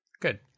good